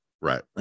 right